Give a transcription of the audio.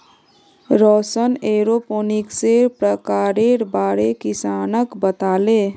रौशन एरोपोनिक्सेर प्रकारेर बारे किसानक बताले